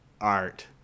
art